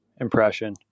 impression